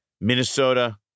Minnesota